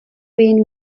been